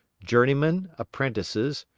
journeymen, apprentices,